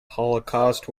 holocaust